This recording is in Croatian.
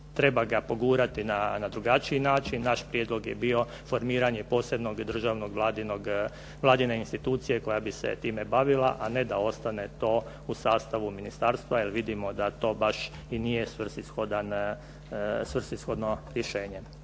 treba ga pogurati na drugačiji način. Naš prijedlog je bio formiranje posebne državne vladine institucije koja bi se time bavila, a ne da ostane to u sastavu ministarstva jer vidimo da to baš i nije svrsishodno rješenje.